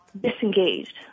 disengaged